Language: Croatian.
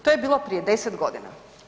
To je bilo prije 10 godina.